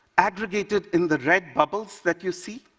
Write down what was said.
aggregated in the red bubbles that you see,